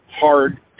hard